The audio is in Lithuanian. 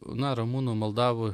na rumunų moldavų